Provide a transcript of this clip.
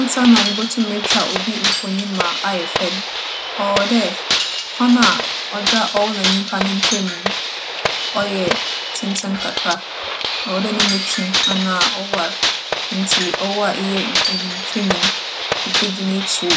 Ansaana ibotum etwa obi mfonyin ma ayɛ fɛw no, ͻwͻ dɛ kwan a ͻda ͻwo na nyimpa no ntamu no ͻyɛ tsentsen kakra. ͻwͻ dɛ no mu twe anaa ͻwar ntsi ͻwo a eyɛ mfonyintwanyi no, ibegyina ekyir,